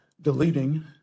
deleting